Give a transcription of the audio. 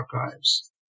archives